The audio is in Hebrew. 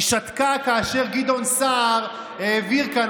היא שתקה כאשר גדעון סער העביר כאן,